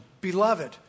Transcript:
Beloved